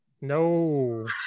No